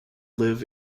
live